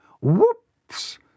Whoops